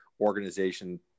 organization